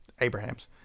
Abraham's